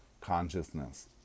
consciousness